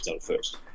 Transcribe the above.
first